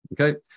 Okay